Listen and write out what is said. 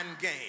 game